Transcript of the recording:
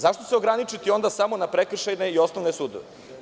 Zašto se ograničiti samo na prekršajne i osnovne sudove?